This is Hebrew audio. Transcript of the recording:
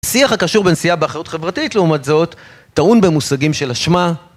שיח הקשור בנשיאה באחריות חברתית לעומת זאת, טעון במושגים של אשמה.